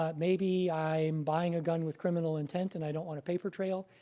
ah maybe i'm buying a gun with criminal intent, and i don't want a paper trail,